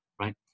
right